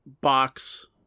box